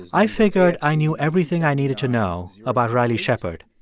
and i figured i knew everything i needed to know about riley shepard.